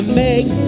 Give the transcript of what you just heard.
make